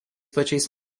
pačiais